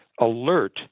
alert